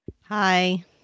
Hi